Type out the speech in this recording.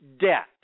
debt